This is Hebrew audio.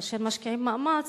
כאשר משקיעים מאמץ,